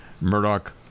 Murdoch